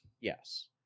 Yes